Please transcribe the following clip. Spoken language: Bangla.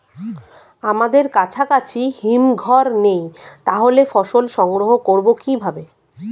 আমাদের কাছাকাছি হিমঘর নেই তাহলে ফসল সংগ্রহ করবো কিভাবে?